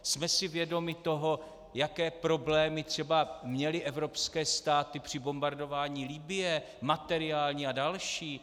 Jsme si vědomi toho, jaké problémy třeba měly evropské státy při bombardování Libye, materiální a další?